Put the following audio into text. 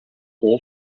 cent